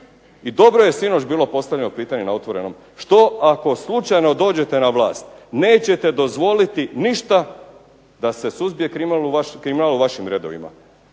I dobro je sinoć bilo postavljeno pitanje na "Otvorenom" što ako slučajno dođete na vlast, nećete dozvoliti ništa da se suzbije kriminal u vašim redovima.